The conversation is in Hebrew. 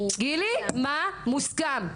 גילי, מה מוסכם?